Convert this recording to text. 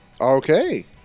Okay